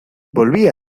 volvía